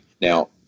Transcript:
Now